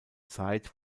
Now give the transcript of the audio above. zeit